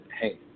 hey